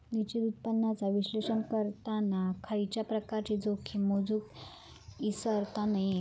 निश्चित उत्पन्नाचा विश्लेषण करताना खयच्याय प्रकारची जोखीम मोजुक इसरता नये